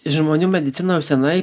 žmonių medicinoj jau senai